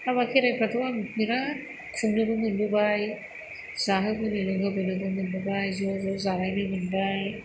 हाबा खेराइफ्राथ' आं बिराथ खुंनोबो मोनबोबाय जाहोबोनो लोंहोबोनो मोनबोबाय ज' ज' जालायनो मोनबाय